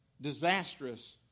disastrous